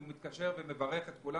זה יפה שהוא מתקשר ומברך את כולם